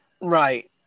Right